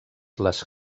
les